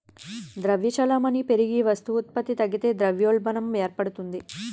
ద్రవ్య చలామణి పెరిగి వస్తు ఉత్పత్తి తగ్గితే ద్రవ్యోల్బణం ఏర్పడుతుంది